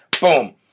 boom